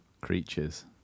creatures